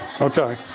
Okay